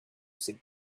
sit